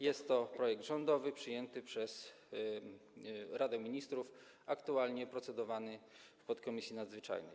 Jest to projekt rządowy, przyjęty przez Radę Ministrów, aktualnie procedowany w podkomisji nadzwyczajnej.